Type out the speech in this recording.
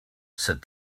said